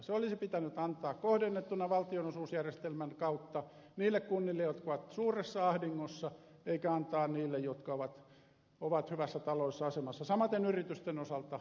se olisi pitänyt antaa kohdennettuna valtionosuusjärjestelmän kautta niille kunnille jotka ovat suuressa ahdingossa eikä antaa niille jotka ovat hyvässä taloudellisessa asemassa samaten yritysten osalta